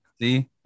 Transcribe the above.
See